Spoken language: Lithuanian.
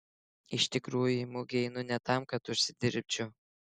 iš tikrųjų į mugę einu ne tam kad užsidirbčiau